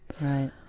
right